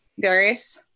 Darius